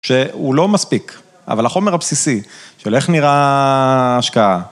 שהוא לא מספיק, אבל החומר הבסיסי של איך נראה ההשקעה.